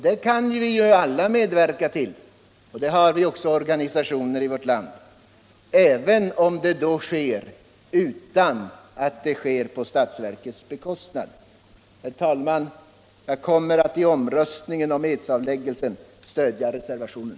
Det kan vi alla medverka till och det har vi också organisationer för i vårt land — även om det då sker utan att vara på statsverkets bekostnad. Herr talman! Jag kommer att i omröstningen om edsavläggelsen stödja reservationen.